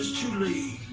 too late